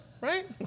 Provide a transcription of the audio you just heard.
Right